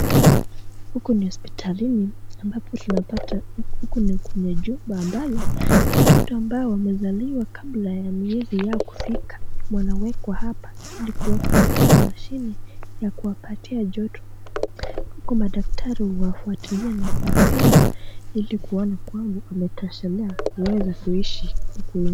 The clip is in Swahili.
Huku ni hospitalini ambapo tunapata huku ni kwenye jumba ambalo watoto ambao wamezaliwa kabla ya miezi yao kufika wanawekwa hapa ili kuwekwa katika mashini ya kuwapatia joto, huku daktari huwafuatilia na kuwapima ili kuona kwamba ametoshelea kuweza kuishi huku nje.